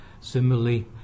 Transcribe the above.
Similarly